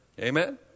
Amen